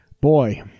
boy